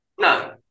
no